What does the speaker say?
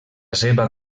seva